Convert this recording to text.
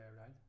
right